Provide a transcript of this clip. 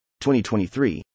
2023